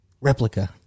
Replica